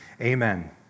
amen